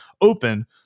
open